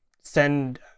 send